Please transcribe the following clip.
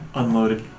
unloaded